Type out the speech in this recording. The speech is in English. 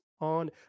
on